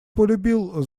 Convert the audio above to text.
полюбил